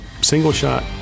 single-shot